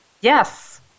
Yes